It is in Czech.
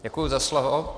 Děkuji za slovo.